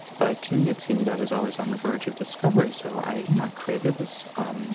but to me, it seemed i was always on the verge of discovery. so i created this um